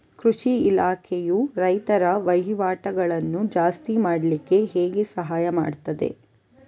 ಕೃಷಿ ಇಲಾಖೆಯು ರೈತರ ವಹಿವಾಟುಗಳನ್ನು ಜಾಸ್ತಿ ಮಾಡ್ಲಿಕ್ಕೆ ಹೇಗೆ ಸಹಾಯ ಮಾಡ್ತದೆ?